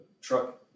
truck